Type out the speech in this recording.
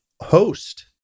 host